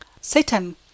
Satan